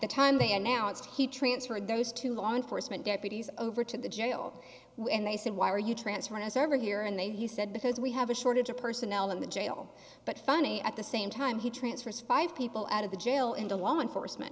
the time they announced he transferred those two law enforcement deputies over to the jail and they said why are you transfer to server here and they he said because we have a shortage of personnel in the jail but funny at the same time he transfers five people out of the jail into law enforcement